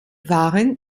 waren